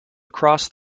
across